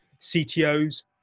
CTOs